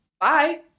Bye